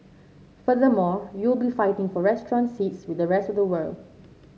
furthermore you will be fighting for restaurant seats with the rest of the world